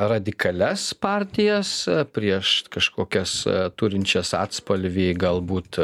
radikalias partijas prieš kažkokias turinčias atspalvį galbūt